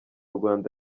rwanda